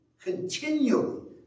continually